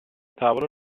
tavolo